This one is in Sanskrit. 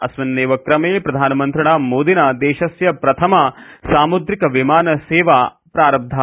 अस्मिन्नेव क्रमे प्रधानमन्त्रिणा मोदिना देशस्य प्रथमा सामुद्रिक विमानसेवा प्रारब्धा